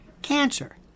Cancer